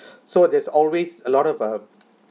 so there's always a lot of uh